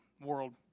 world